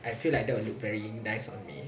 I feel like that will look very nice on me